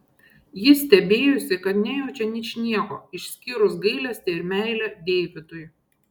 jis stebėjosi kad nejaučia ničnieko išskyrus gailestį ir meilę deividui